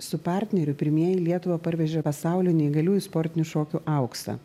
su partneriu pirmieji į lietuvą parvežė pasaulio neįgaliųjų sportinių šokių auksą